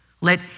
Let